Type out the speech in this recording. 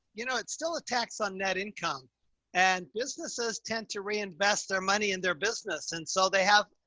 you know, it's still a tax on net income and businesses tend to reinvest their money in their business. and so they have,